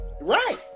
Right